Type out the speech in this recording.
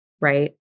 right